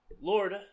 Lord